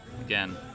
Again